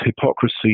hypocrisy